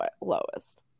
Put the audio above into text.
lowest